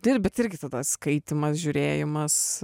tai ir bet irgi tada skaitymas žiūrėjimas